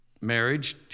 marriage